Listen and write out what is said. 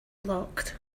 blocked